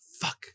Fuck